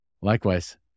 Likewise